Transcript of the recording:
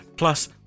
Plus